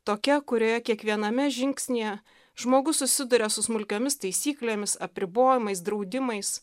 tokia kurioje kiekviename žingsnyje žmogus susiduria su smulkiomis taisyklėmis apribojimais draudimais